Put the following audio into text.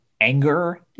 anger